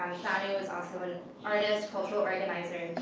thanu is also an artist, cultural organizer,